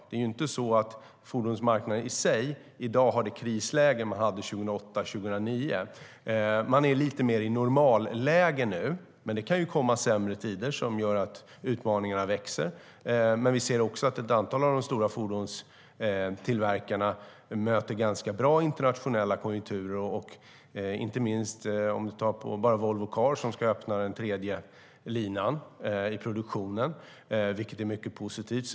Det är inte så att fordonsmarknaden i dag är i det krisläge som man var i 2008-2009. Man är lite mer i normalläge nu, men det kan komma sämre tider som gör att utmaningarna växer. Vi ser också att ett antal av de stora fordonstillverkarna möter ganska goda internationella konjunkturer, inte minst Volvo Car, som ska öppna den tredje linan i produktionen, vilket är mycket positivt.